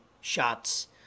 shots